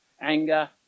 anger